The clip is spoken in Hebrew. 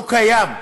לא קיים.